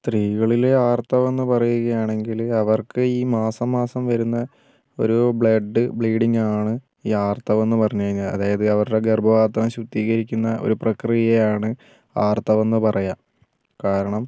സ്ത്രീകളിലെ ആർത്തവം എന്നു പറയുകയാണെങ്കിൽ അവർക്ക് ഈ മാസം മാസം വരുന്ന ഒരു ബ്ലഡ് ബ്ലീഡിങ്ങ് ആണ് ഈ ആർത്തവം എന്ന് പറഞ്ഞു കഴിഞ്ഞാൽ അതായത് അവരുടെ ഗർഭപാത്രം ശുദ്ധീകരിക്കുന്ന ഒരു പ്രക്രിയ ആണ് ആർത്തവം എന്ന് പറയുക കാരണം